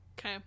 Okay